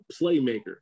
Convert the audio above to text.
playmaker